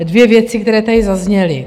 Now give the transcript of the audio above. Dvě věci, které tady zazněly.